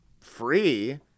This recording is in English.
free